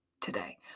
today